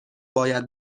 باید